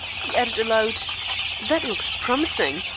he added aloud that looks promising.